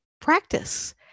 practice